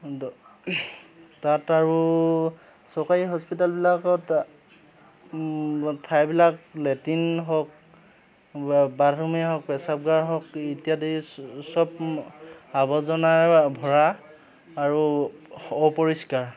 তাত আৰু চৰকাৰী হস্পিটেলবিলাকত ঠাইবিলাক লেট্ৰিন হওক বাথৰুমেই হওক প্ৰস্ৰাৱগাৰ হওক ইত্যাদি সব আৱৰ্জনাৰে ভৰা আৰু অপৰিষ্কাৰ